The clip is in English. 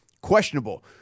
Questionable